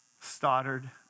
Stoddard